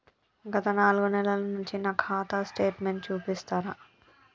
గత నాలుగు నెలల నుంచి నా ఖాతా స్టేట్మెంట్ చూపిస్తరా?